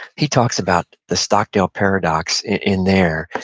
he talks about the stockdale paradox in there.